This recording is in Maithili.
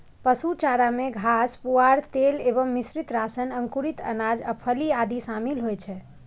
पशु चारा मे घास, पुआर, तेल एवं मिश्रित राशन, अंकुरित अनाज आ फली आदि शामिल होइ छै